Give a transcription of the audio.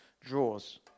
draws